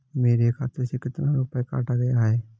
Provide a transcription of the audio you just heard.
मेरे खाते से कितना रुपया काटा गया है?